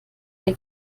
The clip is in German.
der